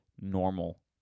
normal